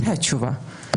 זאת התשובה.